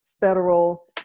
Federal